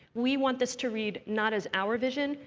we want this to read not as our vision,